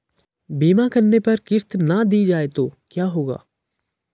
बीमा करने पर अगर किश्त ना दी जाये तो क्या होगा?